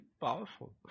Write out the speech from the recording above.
powerful